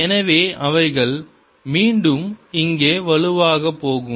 எனவே அவைகள் மீண்டும் இங்கே வலுவாகப் போகும்